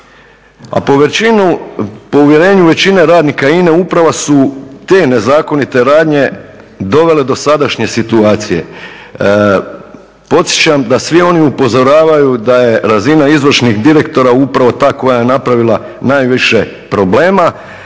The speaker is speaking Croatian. a povjerenju većine radnika INA-e upravo su te nezakonite radnje dovele do sadašnje situacije. Podsjećam da svi oni upozoravaju da je razina izvršnih direktora upravo ta koja je napravila najviše problema,